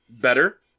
better